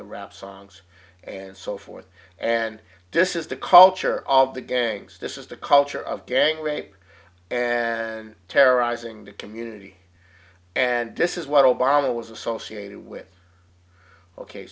the rap songs and so forth and this is the culture of the gangs this is the culture of gang rape and terrorizing the community and this is what obama was associated with ok